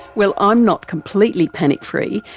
well, i'm not completely panic free,